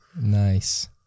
Nice